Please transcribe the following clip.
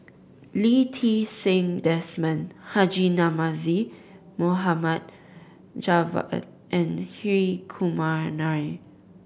Lee Ti Seng Desmond Haji Namazie Mohamed Javad and Hri Kumar Nair